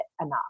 enough